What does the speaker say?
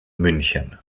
münchen